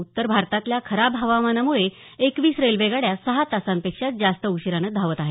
उत्तर भारतातल्या खराब हवामानामुळे एकवीस रेल्वेगाड्या सहा तासांपेक्षा जास्त उशिरान धावत आहेत